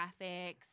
graphics